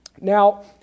Now